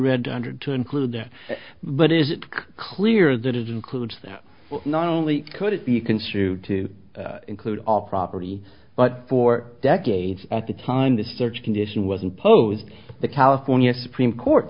read hundred to include that but is it clear that it includes that not only could it be construed to include all property but for decades at the time the search condition was imposed the california supreme court